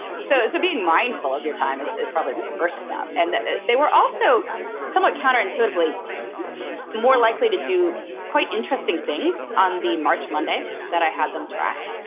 so being mindful of your time is is probably the first step. and they were also somewhat counter intuitively more likely to do quite interesting things on the march monday that i had them track.